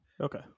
okay